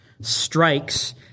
strikes